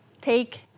take